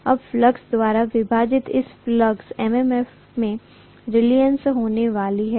अब फ्लक्स द्वारा विभाजित इस फ्लक्स MMF में रीलक्टन्स होने वाली है